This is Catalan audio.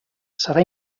serà